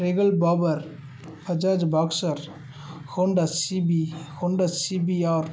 rebel bobber Bajaj boxer Honda's CB Honda's CPR